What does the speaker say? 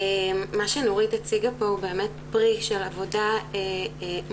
מה שנורית הציגה פה הוא באמת פרי של עבודה מורכבת,